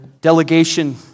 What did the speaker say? delegation